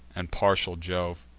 and partial jove.